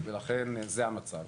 ולכן זה המצב.